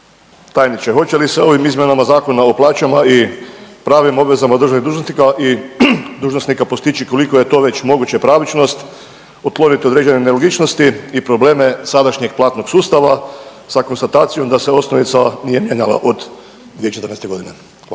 Tajniče hoće li se ovim izmjenama Zakona o plaćama i pravima i obvezama državnih dužnosnika i dužnosnika koliko je to već moguće pravičnost, otkloniti određene nelogičnosti i probleme sadašnjeg platnog sustava sa konstatacijom da se osnovica nije mijenjala od 2014. godine? Hvala.